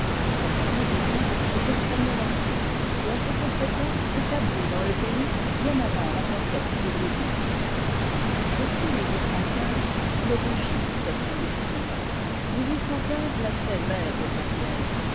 sa famille dit-on est espagnole antique et à ce qu'on prétend établie dans le pays bien avant la conquête de louis x depuis il rougit d'être industriel l'a fait maire de verrières